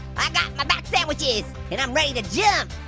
i got my back sandwiches and i'm ready to jump.